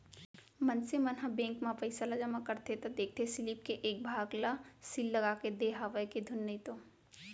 मनसे मन ह बेंक म पइसा ल जमा करथे त देखथे सीलिप के एक भाग ल सील लगाके देय हवय के धुन नइते